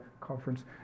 conference